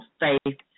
faith